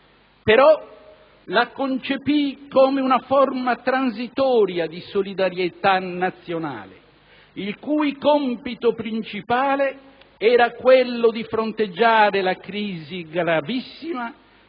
Però la concepì come una forma transitoria di solidarietà nazionale, il cui compito principale era quello di fronteggiare la crisi gravissima